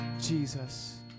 Jesus